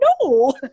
no